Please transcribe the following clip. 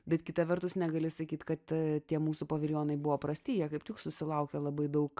bet kita vertus negali sakyt kad tie mūsų paviljonai buvo prasti jie kaip tik susilaukė labai daug